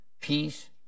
peace